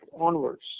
onwards